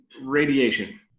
radiation